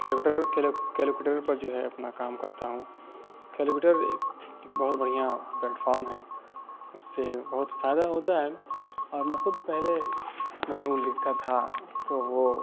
calculator calculator پر جو ہے اپنا کام کرتا ہوں کیلکوٹر ایک بہت بڑھیا پلیٹ فارم ہے اس سے بہت فائدہ ہوتا ہے اور میں خود پہلے مضمون لکھتا تھا تو وہ